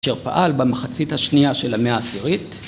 פעל במחצית השנייה של המאה העשירית